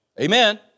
Amen